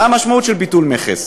מה המשמעות של ביטול מכס?